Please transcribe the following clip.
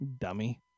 dummy